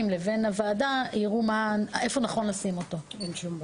לבין הוועדה היכן נכון לשים את הסעיף.